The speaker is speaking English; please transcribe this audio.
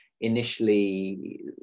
initially